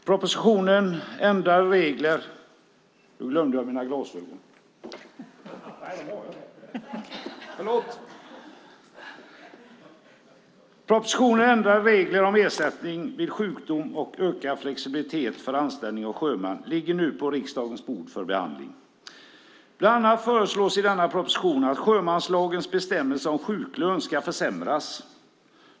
Fru talman! Propositionen Ändrade regler om ersättning vid sjukdom och ökad flexibilitet för anställning av sjömän ligger nu på riksdagens bord för behandling. Bland annat föreslås i denna proposition att sjömanslagens bestämmelser om sjuklön ska försämras.